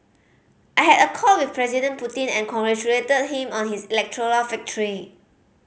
I had a call with President Putin and congratulated him on his electoral victory